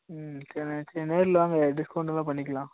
ம் சரிணா சரி நேரில் வாங்க டிஸ்கவுண்ட் வேணா பண்ணிக்கலாம்